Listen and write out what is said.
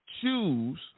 choose